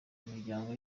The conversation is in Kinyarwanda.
imiryango